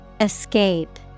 Escape